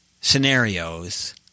scenarios